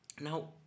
now